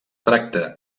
tracta